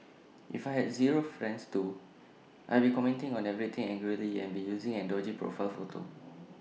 if I had zero friends too I'd be commenting on everything angrily and be using an dodgy profile photo